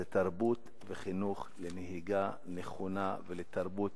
זה תרבות וחינוך לנהיגה נכונה ותרבות